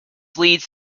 leads